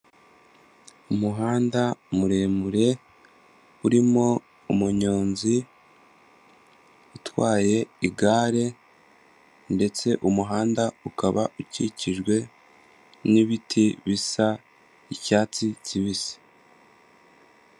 Umuhanda muremure urimo umunyonzi utwaye igare ndetse umuhanda ukaba ukikijwe nibiti bisa icyatsi kibisi.